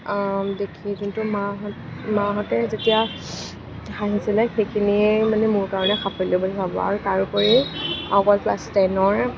দেখি মাঁহতে যেতিয়া হাঁহিছিলে সেইখিনিয়ে মানে মোৰ কাৰণে সাফল্য বুলি ভাবোঁ আৰু তাৰ উপৰিও অকল ক্লাছ টেনৰ